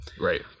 Right